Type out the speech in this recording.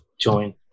join